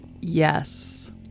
Yes